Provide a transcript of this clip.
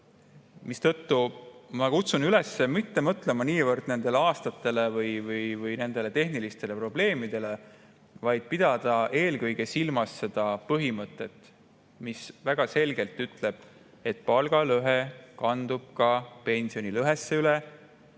Seetõttu ma kutsun üles mitte mõtlema niivõrd nendele aastatele või nendele tehnilistele probleemidele, vaid pidama eelkõige silmas seda põhimõtet, mis väga selgelt ütleb, et palgalõhe kandub ka pensionilõhesse üle.